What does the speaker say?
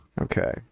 Okay